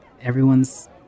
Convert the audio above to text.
Everyone's